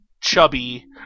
chubby